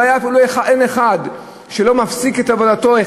אין אחד שלא מפסיק את עבודתו,